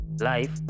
life